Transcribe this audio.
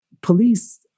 police